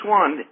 one